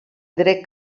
dret